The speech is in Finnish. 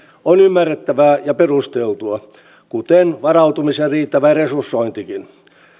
on ymmärrettävää ja perusteltua kuten varautumisen riittävä resursointikin